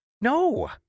No